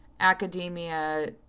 academia